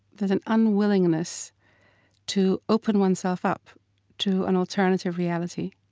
there's an unwillingness to open oneself up to an alternative reality.